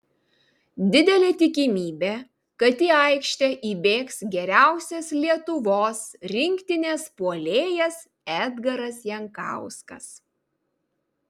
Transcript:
didelė tikimybė kad į aikštę įbėgs geriausias lietuvos rinktinės puolėjas edgaras jankauskas